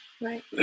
Right